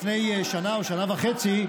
לפני שנה או שנה וחצי,